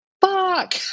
fuck